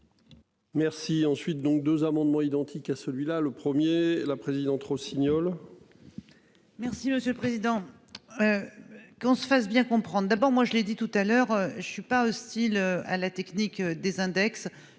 Merci. Ensuite donc 2 amendements identiques à celui-là le premier la présidente Rossignol. Merci monsieur le président. Qu'on se fasse bien comprendre d'abord moi je l'ai dit tout à l'heure je suis pas hostile à la technique des index.